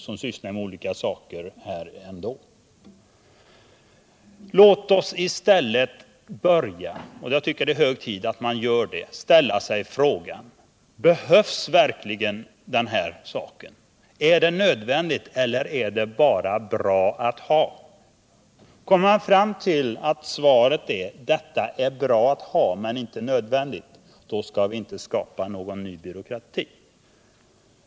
Låt oss fråga: Behövs verkligen denna registrering och byråkrati? Jag tycker det är hög tid att vi ställer frågan: Är detta nödvändigt eller är det bara bra att ha? Kommer man fram till svaret att detta är bra att ha men inte nödvändigt, då skall vi inte skapa någon ny byråkrat.